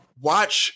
watch